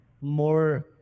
more